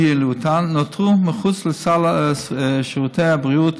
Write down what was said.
יעילותן נותרו מחוץ לסל שירותי הבריאות,